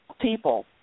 people